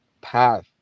path